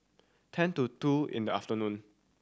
ten to two in the afternoon